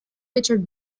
richard